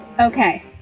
Okay